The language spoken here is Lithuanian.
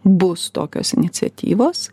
bus tokios iniciatyvos